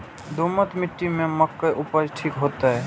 दोमट मिट्टी में मक्के उपज ठीक होते?